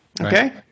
Okay